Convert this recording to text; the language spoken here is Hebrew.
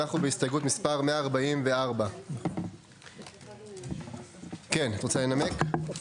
אנחנו בהסתייגות מספר 144. כן, את רוצה לנמק?